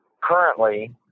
currently